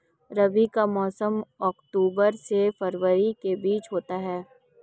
रबी का मौसम अक्टूबर से फरवरी के बीच होता है